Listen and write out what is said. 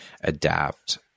adapt